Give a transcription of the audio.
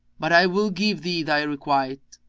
but i will give thee thy requite,